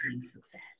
success